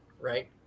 right